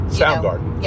Soundgarden